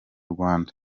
rwanda